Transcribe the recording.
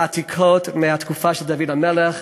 עם עתיקות מהתקופה של דוד המלך,